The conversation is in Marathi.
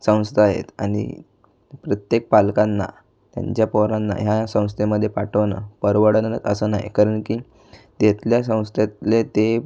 संस्था आहेत आणि प्रत्येक पालकांना त्यांच्या पोरांना ह्या संस्थेमध्ये पाठवणं परवडेल असं नाही कारण की तिथल्या संस्थेतले ते